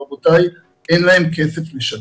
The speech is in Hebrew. ואין להם כסף לשלם.